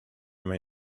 may